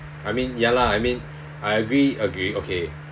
I mean ya lah I mean I agree agree okay